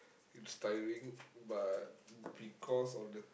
it's tiring but because of the